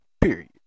Period